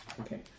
Okay